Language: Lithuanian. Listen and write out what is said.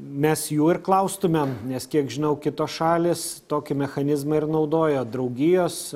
mes jų ir klaustumėm nes kiek žinau kitos šalys tokį mechanizmą ir naudoja draugijos